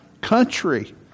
country